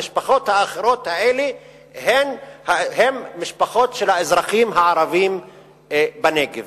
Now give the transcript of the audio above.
המשפחות האחרות האלה הן משפחות של האזרחים הערבים בנגב.